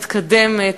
מתקדמת,